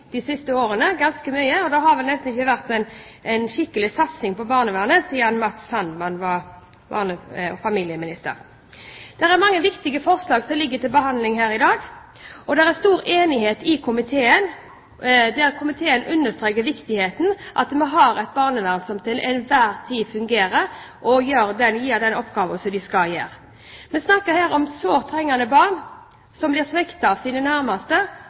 de siste årene, og det har vel nesten ikke vært en skikkelig satsing på barnevernet siden Matz Sandman var barne- og familieminister. Det er mange viktige forslag som ligger til behandling her i dag, og det er stor enighet i komiteen. Komiteen understreker viktigheten av at vi har et barnevern som til enhver tid fungerer og gjør den oppgaven de skal gjøre. Vi snakker her om sårt trengende barn, som blir sviktet av sine nærmeste,